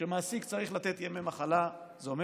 כשהמעסיק צריך לתת ימי מחלה זה אומר